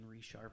resharpen